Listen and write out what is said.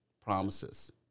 promises